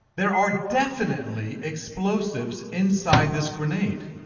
there are definitely explosives inside this grenade.